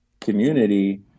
community